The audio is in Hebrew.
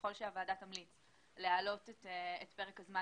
ככל שהוועדה תמליץ להעלות את פרק הזמן